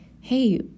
hey